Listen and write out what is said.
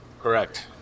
Correct